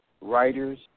writers